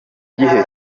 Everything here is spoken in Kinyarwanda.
gihe